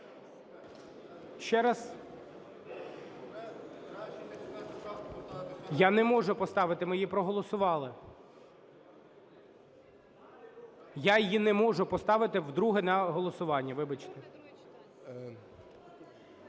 у залі) Я не можу поставити, ми її проголосували. Я її не можу поставити вдруге на голосування, вибачте.